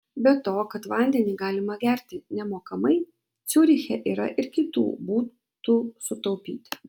be to kad vandenį galima gerti nemokamai ciuriche yra ir kitų būtų sutaupyti